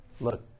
Look